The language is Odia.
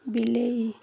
ବିଲେଇ